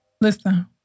Listen